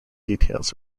details